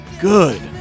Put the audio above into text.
good